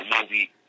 movie